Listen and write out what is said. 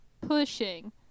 pushing